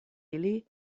ili